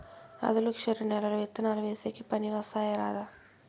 ఆధులుక్షరి నేలలు విత్తనాలు వేసేకి పనికి వస్తాయా రాదా?